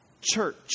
church